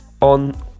on